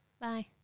Bye